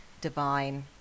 divine